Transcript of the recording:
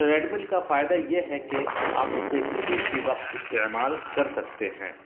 trade مل کا فائدہ یہ ہے کہ آپ اسے کسی بھی وقت استعمال کر سکتے ہیں